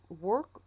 work